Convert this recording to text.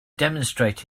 demonstrate